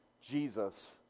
Jesus